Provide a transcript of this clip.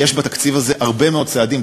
ויש בתקציב הזה הרבה מאוד צעדים,